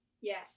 Yes